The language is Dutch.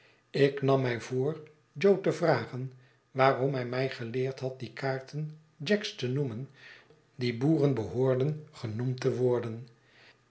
ik nam my voor jo te vragen waarom hij mij geleerd had die kaarten jacks te noemen die boeren behoorden genoemd te worden